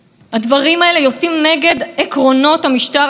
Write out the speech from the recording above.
שבבסיסו הרעיון הזה של איזונים ובלמים,